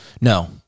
No